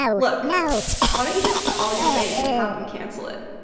look why don't you just call your bank and have them cancel it?